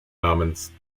namens